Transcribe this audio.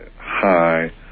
high